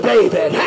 David